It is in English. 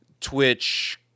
Twitch